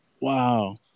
Wow